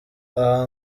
aha